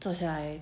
坐下来